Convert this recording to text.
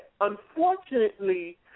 Unfortunately